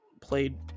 played